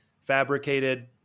fabricated